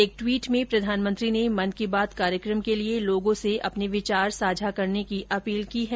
एक ट्वीट में प्रधानमंत्री ने मन की बात कार्यक्रम के लिए लोगों से अपने विचार साझा करने की अपील की है